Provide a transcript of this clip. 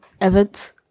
Evans